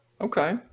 Okay